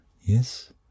Yes